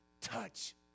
touch